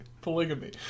Polygamy